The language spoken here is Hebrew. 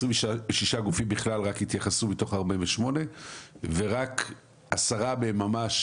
רק 26 מתוך 48 גופים התייחסו ורק 10 מהם ממש